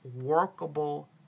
workable